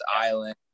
Island